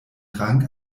rang